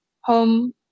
home